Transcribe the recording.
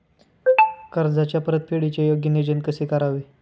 कर्जाच्या परतफेडीचे योग्य नियोजन कसे करावे?